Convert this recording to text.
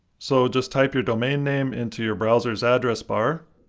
so just type your domain name into your browser's address bar.